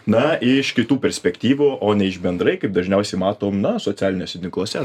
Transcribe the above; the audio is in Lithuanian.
na iš kitų perspektyvų o ne iš bendrai kaip dažniausiai matom na socialiniuose tinkluose